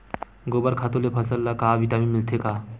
गोबर खातु ले फसल ल का विटामिन मिलथे का?